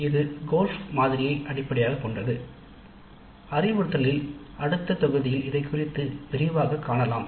இது கோல்ப் மாதிரியை அடிப்படையாகக் கொண்டது அறிவுறுத்தலில் அடுத்த தொகுதியில் இதைக் குறித்து விரிவாக காணலாம்